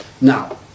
Now